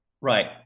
Right